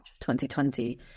2020